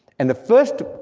and the first